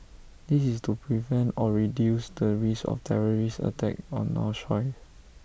this is to prevent or reduce the risk of terrorist attack on our soil